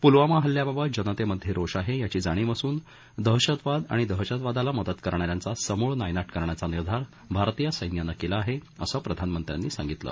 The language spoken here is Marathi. पुलवामा हल्ल्याबाबत जनतेमधे रोष आहे याची जाणीव असून दहशतवाद आणि दहशतवादाला मदत करणा यांचा समूळ नायनाट करण्याचा निर्धार भारतीय सैन्यानं केला आहे असं प्रधानमंत्र्यांनी सांगितलं